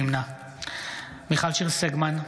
נמנע מיכל שיר סגמן,